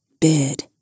Bid